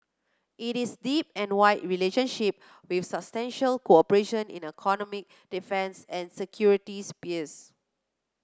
it is deep and wide relationship with substantial cooperation in economic defence and security spheres